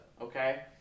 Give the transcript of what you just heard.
okay